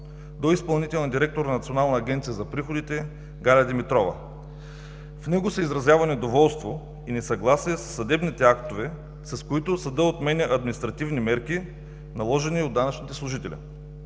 до изпълнителния директор на Националната агенция за приходите Галя Димитрова. В него се изразява недоволство и несъгласие със съдебните актове, с които съдът отменя административни мерки, наложени от данъчните служители.